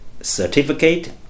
certificate